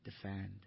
defend